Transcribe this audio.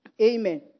Amen